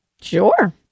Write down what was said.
sure